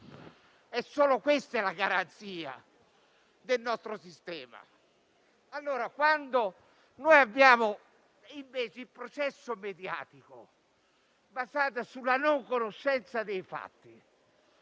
Solo questa è la garanzia del nostro sistema. Noi abbiamo invece il processo mediatico, basato sulla non conoscenza dei fatti.